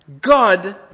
God